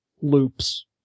loops